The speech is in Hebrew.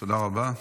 תודה רבה.